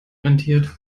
rentiert